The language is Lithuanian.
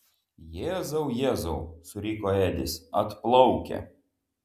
jėzau jėzau suriko edis atplaukia